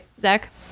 Zach